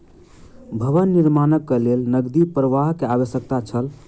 भवन निर्माणक लेल नकदी प्रवाह के आवश्यकता छल